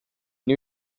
new